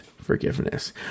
forgiveness